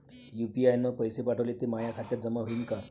UPI न पैसे पाठवले, ते माया खात्यात जमा होईन का?